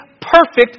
perfect